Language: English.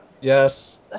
Yes